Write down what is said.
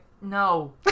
no